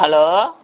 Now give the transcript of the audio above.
hello